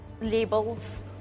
Labels